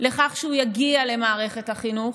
לכך שהוא יגיע למערכת החינוך,